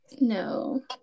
No